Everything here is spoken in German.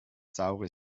saure